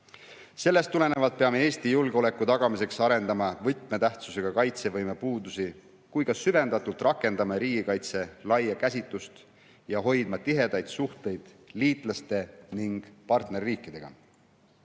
Sellest tulenevalt peame Eesti julgeoleku tagamiseks arendama võtmetähtsusega kaitsevõimet, süvendatult rakendama riigikaitse laia käsitlust ning hoidma tihedaid suhteid liitlaste ja partnerriikidega.